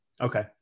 okay